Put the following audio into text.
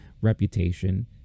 reputation